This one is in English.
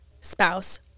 spouse